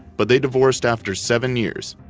but they divorced after seven years.